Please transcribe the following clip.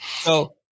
So-